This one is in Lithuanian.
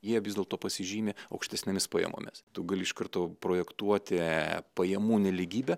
jie vis dėlto pasižymi aukštesnėmis pajamomis tu gali iš karto projektuoti pajamų nelygybę